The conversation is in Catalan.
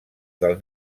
del